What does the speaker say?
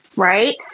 Right